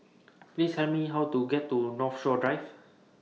Please Tell Me How to get to Northshore Drive